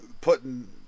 putting